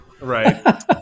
Right